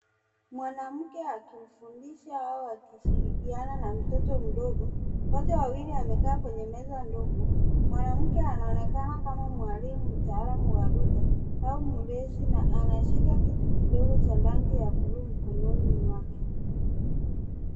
Mwanamke akifundisha au akishirikiana na mtoto mdogo. Wote wawili wamekaa kwenye meza ndogo. Mwanamke anaonekana kama mwalimu mtaalam wa lugha au mlezi na anashika kitu kidogo cha rangi ya blue mikononi mwake.